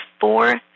four